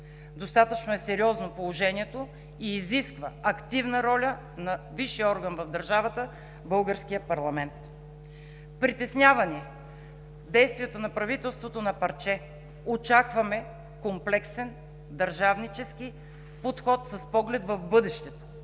достатъчно сериозно и изисква активна роля на висшия орган в държавата – българския парламент. Притеснява ни действието на правителството на парче. Очакваме комплексен, държавнически подход с поглед в бъдещето.